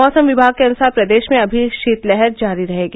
मौसम विमाग के अनुसार प्रदेश में अभी शीतलहर जारी रहेगी